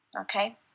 Okay